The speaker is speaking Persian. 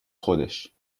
خودش